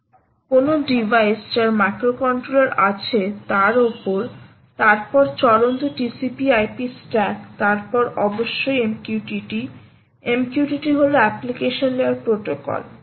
সুতরাং কোনও ডিভাইস যার মাইক্রোকন্ট্রোলার আছে তারপর চলন্ত TCP IP স্ট্যাক তারপর অবশ্যই MQTT MQTT হল অ্যাপ্লিকেশন লেয়ার প্রটোকল